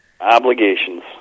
Obligations